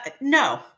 No